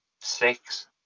six